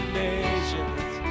nations